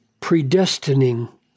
predestining